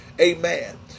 Amen